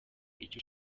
icyo